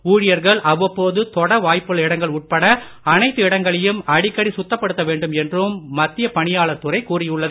ஊழியர்கள் அவ்வப்போது தொட வாய்ப்புள்ள இடங்கள் உட்பட எல்லா இடங்களையும் அடிக்கடி சுத்தப்படுத்த வேண்டும் என்றும் மத்திய பணியாளர் துறை கூறியுள்ளது